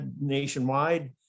nationwide